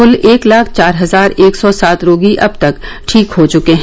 कुल एक लाख चार हजार एक सौ सात रोगी अब तक ठीक हो चुके हैं